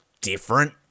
different